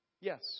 Yes